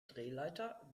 drehleiter